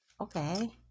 Okay